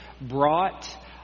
brought